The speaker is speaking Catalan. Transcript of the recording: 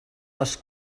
les